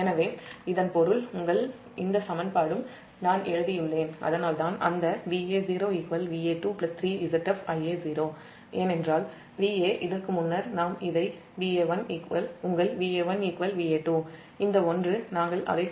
எனவே இதன் பொருள் உங்கள் இந்த சமன்பாடும் நான் எழுதியுள்ளேன் அதனால்தான் அந்த Va0 Va2 3 Zf Ia0ஏனென்றால் Va இதற்கு முன்னர் நாம் இதை Va1 Va2 இந்த ஒன்று நாம் அதை செய்துள்ளோம்